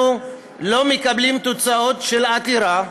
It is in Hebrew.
חצי שנה אנחנו לא מקבלים תוצאות של עתירה,